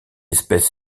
espèce